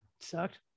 Sucked